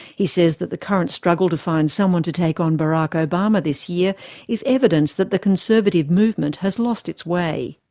he says that the current struggle to find someone to take on barack obama this year is evidence that the conservative movement has lost its way.